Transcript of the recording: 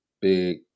Big